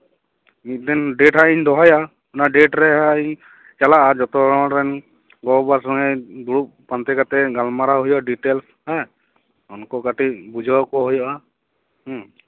ᱢᱤᱫ ᱫᱤᱱ ᱰᱮᱴ ᱦᱟᱸᱜ ᱤᱧ ᱫᱚᱦᱚᱭᱟ ᱚᱱᱟ ᱰᱮᱴ ᱨᱮ ᱦᱟᱸᱜ ᱤᱧ ᱪᱟᱞᱟᱜᱼᱟ ᱡᱚᱛᱚ ᱦᱚᱲ ᱨᱮᱱ ᱜᱚ ᱵᱟᱵᱟ ᱥᱚᱸᱜᱮ ᱫᱩᱲᱩᱵ ᱯᱟᱱᱛᱮ ᱠᱟᱛᱮ ᱜᱟᱞᱢᱟᱨᱟᱣ ᱦᱩᱭᱩᱜᱼᱟ ᱰᱤᱴᱮᱞᱥ ᱦᱮᱸ ᱩᱱᱠᱩ ᱠᱟᱴᱤᱡ ᱵᱩᱡᱷᱟᱹᱣᱟᱠᱚ ᱦᱩᱭᱩᱜᱼᱟ ᱦᱩᱸ